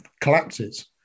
collapses